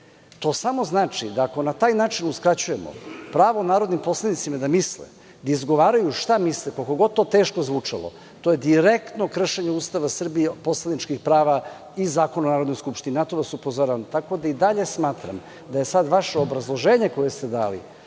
samo znači da ako na taj način uskraćujemo pravo narodnim poslanicima da misle, da izgovaraju šta misle, koliko god to teško zvučalo, to je direktno kršenje Ustava Srbije, poslaničkih prava i Zakona o Narodnoj skupštini. Na to vas upozoravam. Tako da i dalje smatram da je sada vaše obrazloženje koje ste dali,